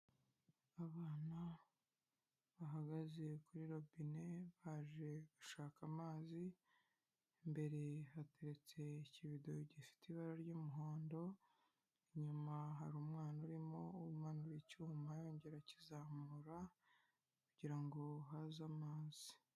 Abana bahagaze kuri robine baje gushaka amazi, imbere hateretse ikibido gifite ibara ry'umuhondo, inyuma hari umwana urimo umanura icyuma yongera akizamura kugira ngo haze amaze.